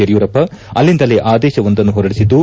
ಯಡಿಯೂರಪ್ಪ ಆಲ್ಲಿಂದಲೇ ಆದೇಶವೊಂದನ್ನು ಹೊರಡಿಸಿದ್ದು